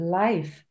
life